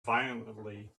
violently